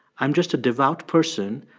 i'm just a devout person,